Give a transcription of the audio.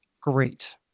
great